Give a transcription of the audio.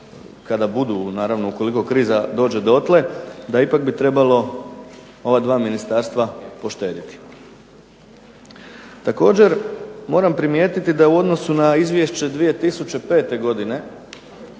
budu, ako kriza dođe dotle da ipak bi trebalo ova dva Ministarstva poštediti. Također, moram primijetiti da u odnosu na izvješće 2005. godine,